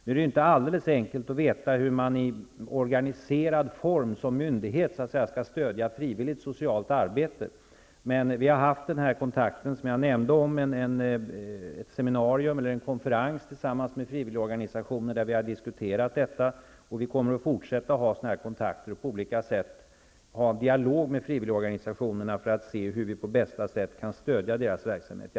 Det är inte alldeles enkelt att veta hur man i organiserad form som myndighet skall stödja frivilligt socialt arbete, men vi har haft den kontakt som jag nämnde, vid en konferens med frivilligorganisationer, där vi har diskuterat detta. Vi kommer att fortsätta att ha sådana här kontakter och på olika sätt föra en dialog med frivilligorganisationerna för att se hur vi på bästa sätt kan stödja deras verksamhet.